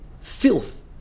filth